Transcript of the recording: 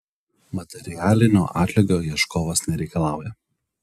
materialinio atlygio ieškovas nereikalauja